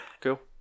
Cool